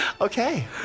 Okay